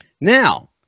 Now